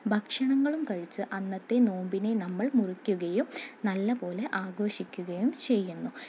ഭക്ഷണങ്ങളും കഴിച്ചു അന്നത്തെ നോമ്പിനെ നമ്മൾ മുറിക്കുകയും നല്ലപോലെ ആഘോഷിക്കുകയും ചെയ്യുന്നു